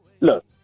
Look